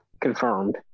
confirmed